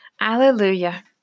Alleluia